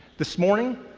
this morning,